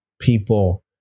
people